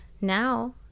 now